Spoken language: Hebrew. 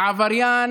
עבריין,